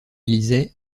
lisait